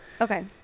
Okay